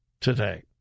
today